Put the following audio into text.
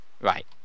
Right